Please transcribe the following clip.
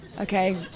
Okay